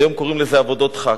היום קוראים לזה: עבודות דחק.